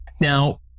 Now